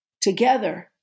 together